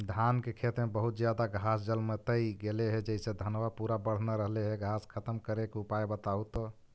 धान के खेत में बहुत ज्यादा घास जलमतइ गेले हे जेसे धनबा पुरा बढ़ न रहले हे घास खत्म करें के उपाय बताहु तो?